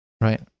Right